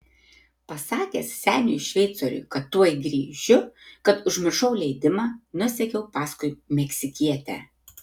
pasakęs seniui šveicoriui kad tuoj grįšiu kad užmiršau leidimą nusekiau paskui meksikietę